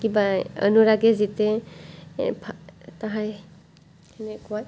কিবা অনুৰাগেই জিতে এই ভাল তাহাঁই সেনেকুৱাত